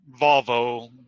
volvo